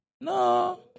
no